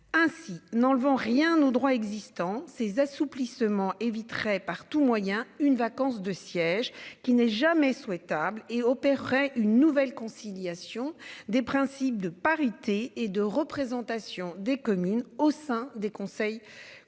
Ainsi n'enlevant rien au droit existant. Ces assouplissements éviterait par tout moyen une vacance de sièges qui n'est jamais souhaitable et opérerait une nouvelle conciliation des principes de parité et de représentation des communes au sein des conseils communautaires